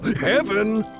heaven